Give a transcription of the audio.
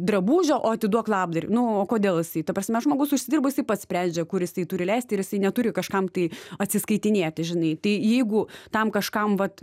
drabužio o atiduok labdarai nu o kodėl jisai ta prasme žmogus užsidirba jisai pats sprendžia kuris turi leisti ir neturi kažkam tai atsiskaitinėti žinai tai jeigu tam kažkam vat